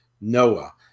Noah